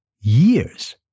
years